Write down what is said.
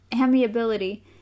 amiability